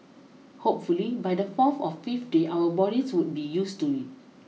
hopefully by the fourth or fifth day our bodies would be used to it